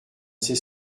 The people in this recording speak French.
c’est